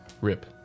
Rip